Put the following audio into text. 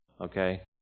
okay